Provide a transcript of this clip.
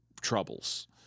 troubles